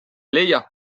leia